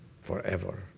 forever